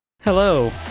Hello